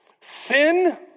Sin